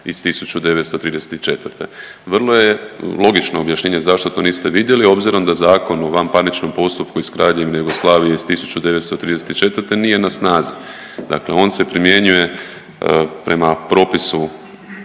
iz 1934. Vrlo je logično objašnjenje zašto to niste vidjeli, obzirom da Zakon o vanparničnom postupku iz Kraljevine Jugoslavije iz 1934. nije na snazi. Dakle, on se primjenjuje prema propisu,